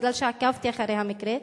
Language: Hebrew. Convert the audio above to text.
מכיוון שעקבתי אחרי המקרה,